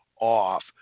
off